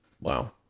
wow